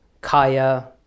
Kaya